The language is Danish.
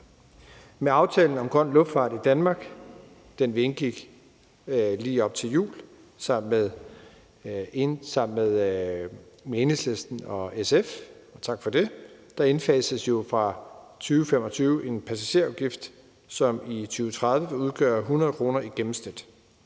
Med aftalen om grøn luftfart i Danmark, som vi indgik lige op til jul sammen med Enhedslisten og SF – tak for det – indfases jo fra 2025 en passagerafgift, som i 2030 vil udgøre 100 kr. i gennemsnit.